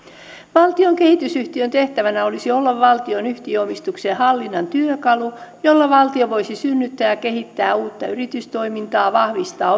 valtion kehitysyhtiön tehtävänä olisi olla valtion yhtiöomistuksen hallinnan työkalu jolla valtio voisi synnyttää ja kehittää uutta yritystoimintaa vahvistaa